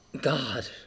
God